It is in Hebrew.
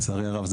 לצערי הרב,